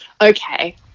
Okay